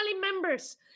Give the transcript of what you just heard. members